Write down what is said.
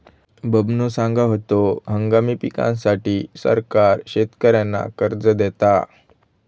बबनो सांगा होतो, हंगामी पिकांसाठी सरकार शेतकऱ्यांना कर्ज देता